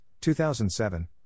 2007